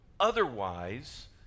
Otherwise